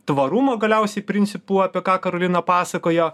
tvarumo galiausiai principų apie ką karolina pasakojo